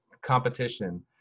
competition